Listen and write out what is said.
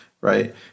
right